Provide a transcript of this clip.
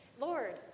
Lord